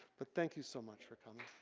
but thank you so much for coming.